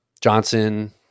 Johnson